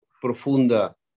profunda